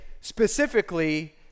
specifically